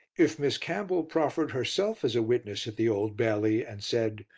if miss campbell proffered herself as a witness at the old bailey and said,